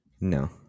no